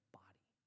body